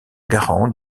garant